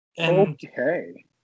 Okay